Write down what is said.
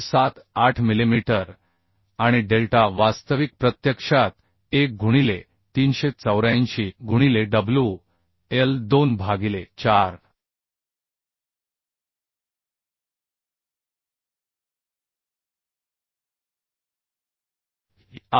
78 millimetre आणि delta वास्तविक प्रत्यक्षात 1 गुणिले 384 गुणिले WL 2 भागिले 4 EI